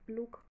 Look